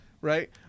Right